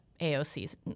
AOC's